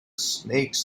snakes